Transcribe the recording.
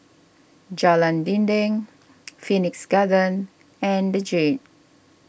Jalan Dinding Phoenix Garden and the Jade